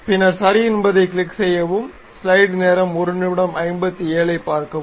பின்னர் சரி என்பதைக் கிளிக் செய்யவும்